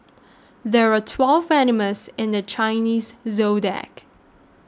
there are twelve animals in the Chinese zodiac